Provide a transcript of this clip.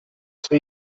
zum